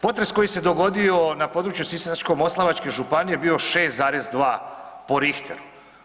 Potres koji se dogodio na području Sisačko-moslavačke županije je bio 6,2 po Richteru.